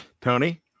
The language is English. Tony